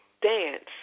dance